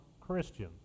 Christian